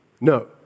no